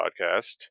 podcast